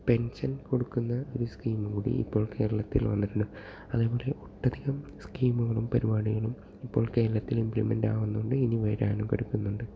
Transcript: pension കൊടുക്കുന്ന ഒരു സ്കീമും കൂടി ഇപ്പോൾ കേരളത്തിൽ വന്നിട്ടുണ്ട് അതേപോലെ ഒട്ടധികം സ്കീമുകളും പരിപാടികളും ഇപ്പോൾ കേരളത്തിൽ ഇമ്പ്ലിമെൻ്റ് ആകുന്നുണ്ട് ഇനി വരാനും കിടക്കുന്നുണ്ട്